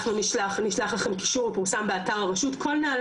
כל נהלי הרשות ככלל מפורסמים באתר אינטרנט של הרשות.